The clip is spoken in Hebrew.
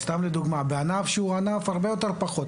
בענף שהוא ענף הרבה פחות גדול,